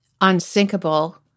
Unsinkable